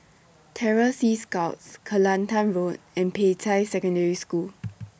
Terror Sea Scouts Kelantan Road and Peicai Secondary School